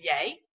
yay